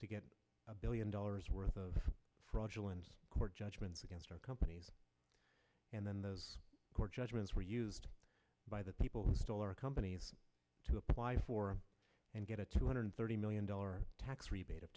to get a billion dollars worth of fraudulent court judgments against our companies and then the court judgments were used by the people who stole our companies to apply for and get a two hundred thirty million dollar tax rebate of